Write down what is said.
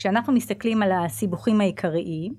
כשאנחנו מסתכלים על הסיבוכים העיקריים,